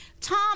Tom